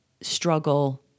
struggle